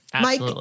Mike